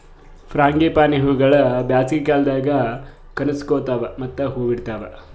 frangipani ಹೂವುಗೊಳ್ ಬ್ಯಾಸಗಿ ಕಾಲದಾಗ್ ಕನುಸ್ಕೋತಾವ್ ಮತ್ತ ಹೂ ಬಿಡ್ತಾವ್